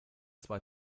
zwei